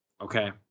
Okay